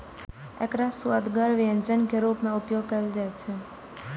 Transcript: एकरा सुअदगर व्यंजन के रूप मे उपयोग कैल जाइ छै